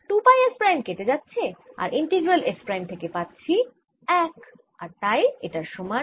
2 pi S prime কেটে যাচ্ছে আর ইন্টিগ্রাল S প্রাইম থেকে পাচ্ছি 1 আর তাই এটার সমান